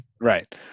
Right